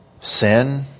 Sin